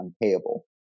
unpayable